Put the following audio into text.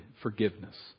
forgiveness